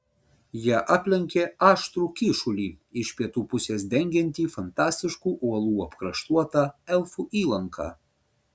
jie aplenkė aštrų kyšulį iš pietų pusės dengiantį fantastiškų uolų apkraštuotą elfų įlanką